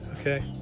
okay